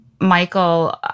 Michael